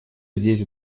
здесь